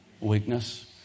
weakness